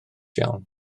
iawn